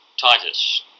Titus